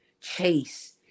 chase